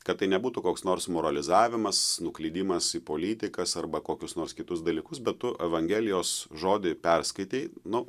kad tai nebūtų koks nors moralizavimas nuklydimas į politikas arba kokius nors kitus dalykus bet tu evangelijos žodį perskaitei nu